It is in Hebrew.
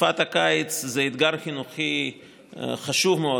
שתקופת הקיץ זה אתגר חינוכי חשוב מאוד,